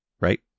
right